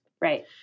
Right